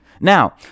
Now